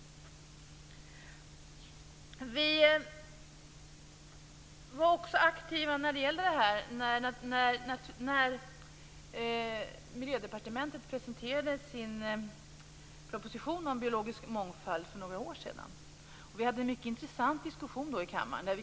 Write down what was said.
Vi var också aktiva när Miljödepartementet presenterade sin proposition om biologisk mångfald för några år sedan. Vi hade då en mycket intressant diskussion i kammaren.